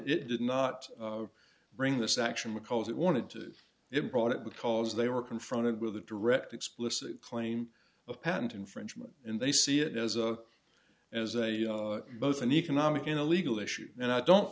it did not bring this action because it wanted to it brought it because they were confronted with a direct explicit claim of patent infringement and they see it as a as a both an economic in a legal issue and i don't